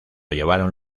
llevaron